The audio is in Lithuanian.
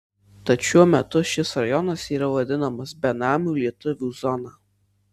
tad šiuo metu šis rajonas yra vadinamas benamių lietuvių zona